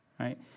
right